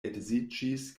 edziĝis